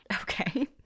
okay